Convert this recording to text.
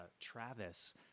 Travis